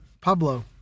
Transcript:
Pablo